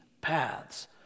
paths